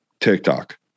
TikTok